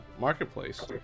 marketplace